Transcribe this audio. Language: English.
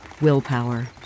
willpower